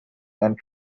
and